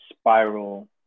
spiral